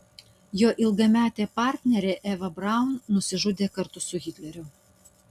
jo ilgametė partnerė eva braun nusižudė kartu su hitleriu